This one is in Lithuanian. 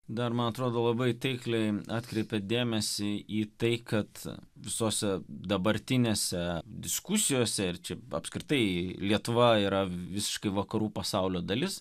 dar man atrodo labai taikliai atkreipėt dėmesį į tai kad visose dabartinėse diskusijose ir čia apskritai lietuva yra visiškai vakarų pasaulio dalis